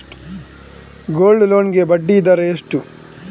Gold loan ಗೆ ಬಡ್ಡಿ ದರ ಎಷ್ಟು?